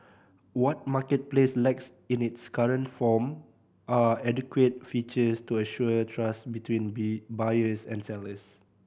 what Marketplace lacks in its current form are adequate features to assure trust between be buyers and sellers